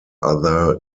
other